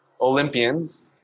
Olympians